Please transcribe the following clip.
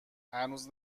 هنوز